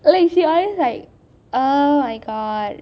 well she always like oh my god